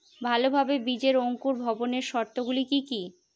ভালোভাবে বীজের অঙ্কুর ভবনের শর্ত গুলি কি কি?